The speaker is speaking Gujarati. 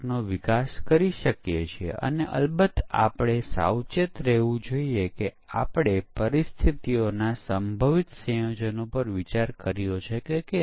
બધા તબક્કામાં એ ચકાસણી હાથ ધરવામાં આવે છે કે તે તબક્કો આગલા તબક્કા ને અનુરૂપ છે કે કેમ